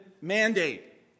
mandate